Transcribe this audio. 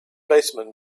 baseman